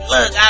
Look